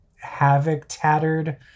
Havoc-tattered